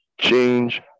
change